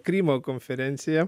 krymo konferencija